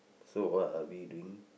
so what are we doing